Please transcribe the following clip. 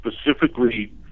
specifically